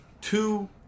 two